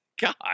God